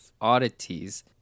Oddities